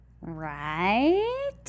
Right